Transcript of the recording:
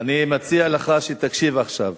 אני מציע לך שתקשיב עכשיו.